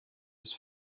his